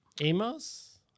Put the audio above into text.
Amos